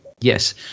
Yes